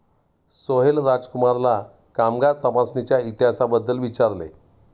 सोहेल राजकुमारला कामगार तपासणीच्या इतिहासाबद्दल विचारले